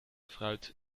fruit